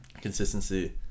consistency